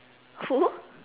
who